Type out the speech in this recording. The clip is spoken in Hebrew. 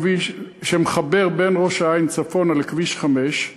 שמחבר בין ראש-העין צפונה לכביש 5,